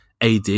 AD